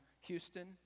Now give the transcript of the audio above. Houston